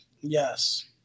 Yes